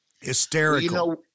Hysterical